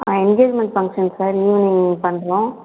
ஆ engagement function sir evening பண்ணுறோம்